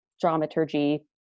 Dramaturgy